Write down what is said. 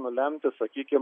nulemti sakykim